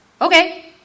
okay